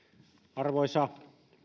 arvoisa